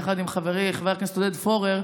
יחד עם חברי חבר הכנסת עודד פורר,